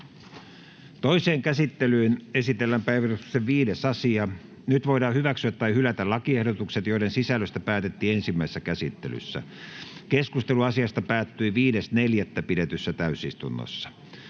Toiseen käsittelyyn esitellään päiväjärjestyksen 3. asia. Nyt voidaan hyväksyä tai hylätä lakiehdotus, jonka sisällöstä päätettiin ensimmäisessä käsittelyssä. Keskustelu asiasta päättyi 5.4.2022 pidetyssä täysistunnossa.